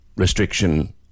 restriction